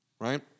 right